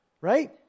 Right